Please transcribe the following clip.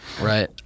Right